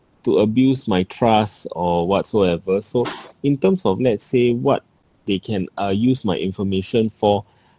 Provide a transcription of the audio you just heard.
to abuse my trust or whatsoever so in terms of let's say what they can uh use my information for